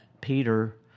Peter